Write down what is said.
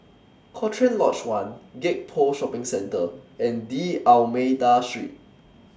Cochrane Lodge one Gek Poh Shopping Centre and D'almeida Street